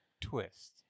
twist